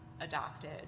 adopted